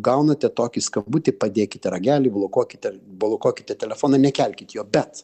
gaunate tokį skambutį padėkite ragelį blokuokite blokuokite telefoną nekelkit jo bet